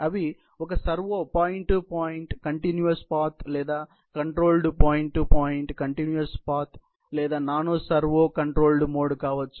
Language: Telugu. అవి ఒక servo point to point continuous path లేదా combined point to point continuous path లేదా నాన్ సర్వో కంట్రోల్ మోడ్ కావచ్చు